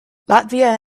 latvia